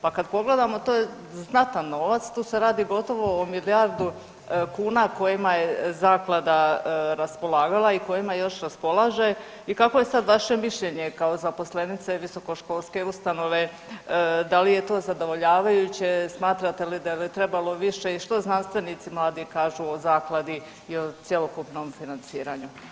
Pa kad pogledamo to je znatan novac tu se radi gotovo o milijardu kuna kojima je zaklada raspolagala i kojima još raspolaže i kako je sad vaše mišljenje kao zaposlenice visokoškolske ustanove, da li je to zadovoljavajuće, smatrate li da bi trebalo više i što znanstvenici mladi kažu o zakladi i o cjelokupnom financiranju.